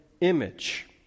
image